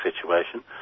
situation